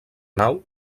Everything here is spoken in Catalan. nau